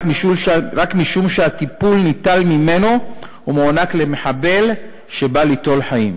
משום שהטיפול ניטל ממנו ומוענק למחבל שבא ליטול חיים,